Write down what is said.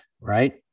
Right